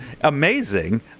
amazing